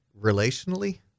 relationally